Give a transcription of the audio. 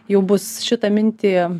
jau bus šita mintį